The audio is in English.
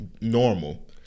normal